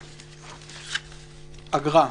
אגרה.